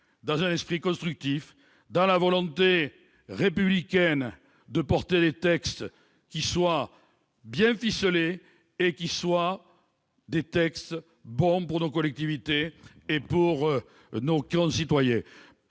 dans un esprit constructif, dans la volonté républicaine de porter des textes qui soient bien ficelés et bons pour nos collectivités et nos concitoyens.